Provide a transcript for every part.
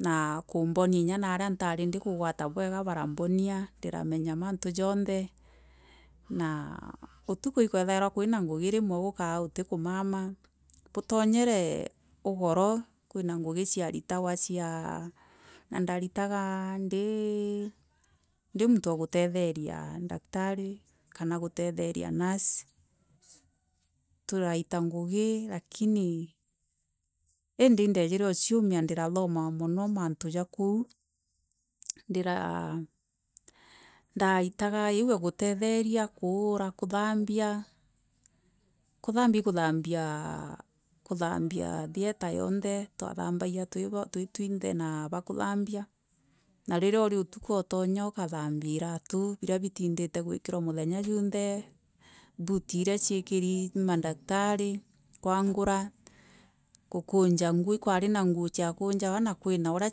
Na kûmbona kinya nara nfaari ndi kûgwara bwega barambonia ndiramenya mantû jonthe na ûrûko ikwathorwa kûina ngûgi moni gûkaa ûti kûmama bisronyere ûgoro kwina ngûi aaritagwa, indariraga ndi mûntû ogisthereria ndagrari kan gûretheria nûrse tûkarira ngûgi lakini endi indesire gûaûmia ndathoma mono mantû ja koû ndiraa ndairaga ûû ya gûretheria kûûra kûhambia, kûthambia kûthambia theatre yonthe. twatha mbagia twi twinthe na bakûthambia na ûri ûtûkû otonya ûkathambia iratû bira bûtindire gûkirwa mûthenya jûthe. mbaiti iva ciekiri mandaktari, kûangûra, gûkûrûja ngûo, kwari na ngisio ciakûnjawa na kwina ûria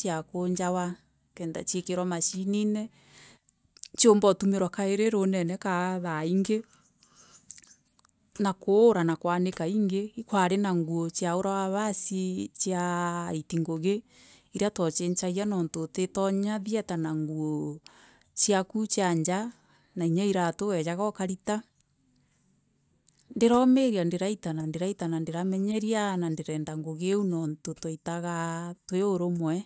chiakûnswa kenda chakirwa macininer kenda ciûmba istûmiwa kairi hûnene kana thaingi na kûûra.